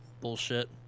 bullshit